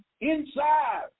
inside